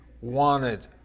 wanted